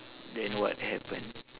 then what happened